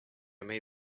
may